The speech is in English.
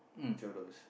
twelve dollars